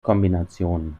kombinationen